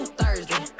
thursday